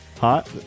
hot